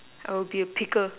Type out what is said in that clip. I would be a pickle